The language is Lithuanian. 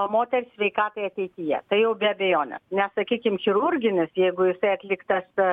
moters sveikatai ateityje tai jau be abejonės nes sakykim chirurginis jeigu jisai atliktas